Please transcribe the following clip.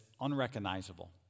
unrecognizable